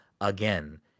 again